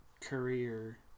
career